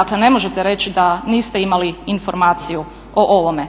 Dakle ne možete reći da niste imali informaciju o ovome.